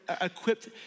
equipped